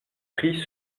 pris